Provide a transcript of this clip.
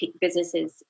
businesses